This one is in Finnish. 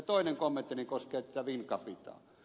toinen kommenttini koskee tätä wincapitaa